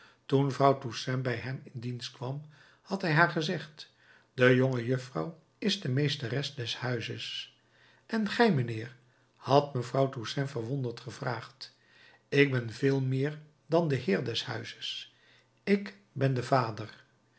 toen vrouw toussaint bij hem in dienst kwam had hij haar gezegd de jongejuffrouw is de meesteres des huizes en gij mijnheer had vrouw toussaint verwonderd gevraagd ik ben veel meer dan de heer des huizes ik ben de vader